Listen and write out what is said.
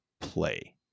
play